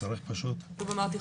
כמו שאמרתי,